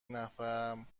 نفرم